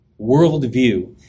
worldview